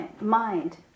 mind